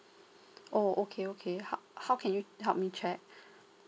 oh okay okay ho~ how can you help me check